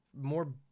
more